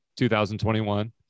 2021